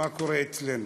מה קורה אצלנו.